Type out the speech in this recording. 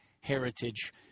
Heritage